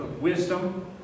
wisdom